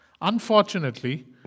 Unfortunately